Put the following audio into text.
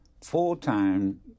full-time